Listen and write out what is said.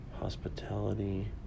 hospitality